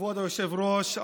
כבוד היושב-ראש,